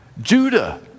Judah